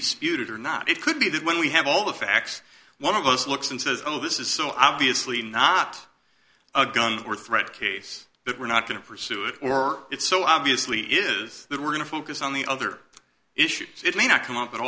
disputed or not it could be that when we have all the facts one of us looks and says oh this is so obviously not a gun or threat case that we're not going to pursue it or it's so obviously is that we're going to focus on the other issues it may not come up a